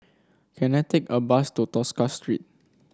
can I take a bus to Tosca Street